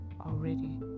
already